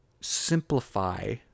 simplify